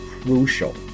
crucial